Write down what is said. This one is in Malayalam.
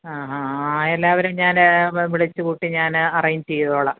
ആ ആ എല്ലാവരും ഞാൻ വിളിച്ച് കൂട്ടി ഞാൻ അറേഞ്ച് ചെയ്തോളാം